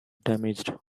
damaged